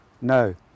No